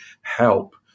help